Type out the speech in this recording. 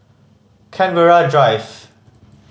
Canberra Drive